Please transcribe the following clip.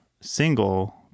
single